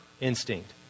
instinct